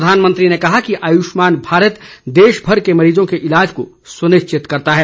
प्रधानमंत्री ने कहा कि आयुष्मान भारत देश भर के मरीजों के इलाज को सुनिश्चित करता है